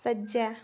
सज्जै